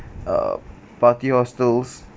uh party hostels